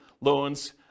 loans